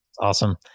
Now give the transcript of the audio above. Awesome